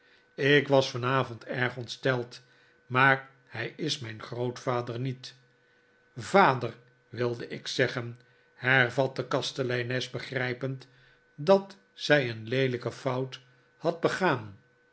ik was vanavond erg ontsteld maar hij is mijn grootvader niet vader wilde ik zeggen hervatte de kasteleines begrijpend dat zij een leelijke fout had begaan